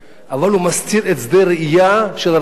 אבל הוא מסתיר את שדה הראייה של הרכבים.